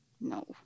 no